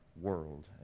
world